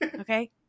okay